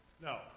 No